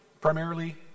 primarily